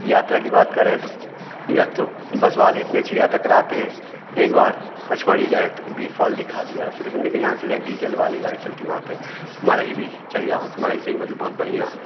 यात्रा की बात करें तो या तो बस वाले इतने अच्छी यात्रा कराते हैं एक बार पचमढ़ी गए तो बी फ़ॉल दिखा दिया फिर यहाँ से डीज़ल वाली गाड़ी चलती वहाँ पे मतलब बहुत बढ़िया